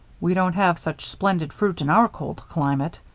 we don't have such splendid fruit in our cold climate.